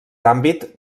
àmbit